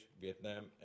Vietnam